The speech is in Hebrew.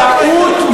בעד ההתנתקות.